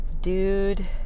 dude